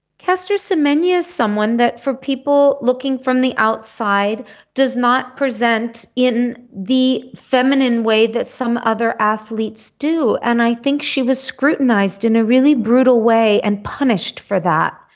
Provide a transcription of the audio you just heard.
caster semenya is someone that for people looking from the outside does not present in the feminine way that some other athletes do, and i think she was scrutinised in a really brutal way and punished for that.